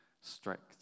strict